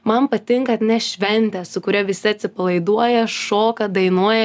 man patinka atnešt šventę su kuria visi atsipalaiduoja šoka dainuoja